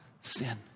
sin